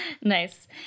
nice